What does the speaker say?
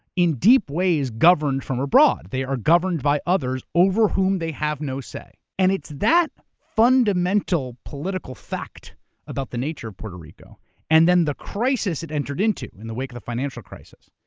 in deep ways governed from abroad. they are governed by others over whom they have no say. and it's that fundamental political fact about the nature of puerto rico and then the crisis it entered into in the wake of the financial crisis.